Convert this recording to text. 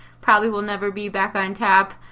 probably-will-never-be-back-on-tap